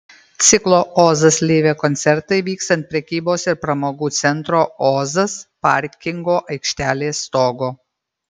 ciklo ozas live koncertai vyks ant prekybos ir pramogų centro ozas parkingo aikštelės stogo